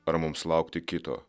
ar mums laukti kito